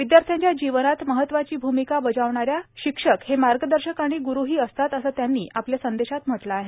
विद्याथ्र्यांच्या जीवनात महत्वाची भूमिका बजावणाऱ्या शिक्षक हे मार्गदर्शक आणि ग्रूही असतात असं त्यांनी आपल्या संदेशात म्हटलं आहे